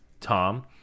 Tom